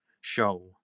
show